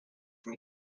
from